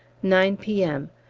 nine p m,